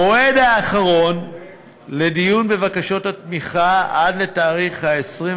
המועד האחרון לדיון בבקשות התמיכה, עד לתאריך 28